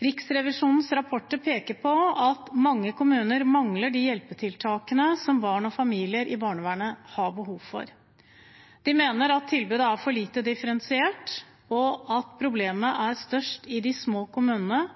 Riksrevisjonens rapporter peker på at mange kommuner mangler de hjelpetiltakene som barn og familier i barnevernet har behov for. De mener at tilbudet er for lite differensiert, og at problemet er størst i de små kommunene.